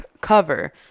cover